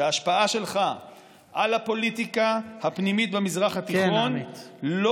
שההשפעה שלך על הפוליטיקה הפנימית במזרח התיכון לא